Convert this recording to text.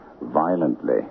violently